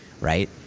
right